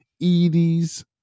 Edie's